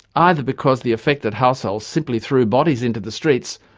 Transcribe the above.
either because the affected households simply threw bodies into the streets,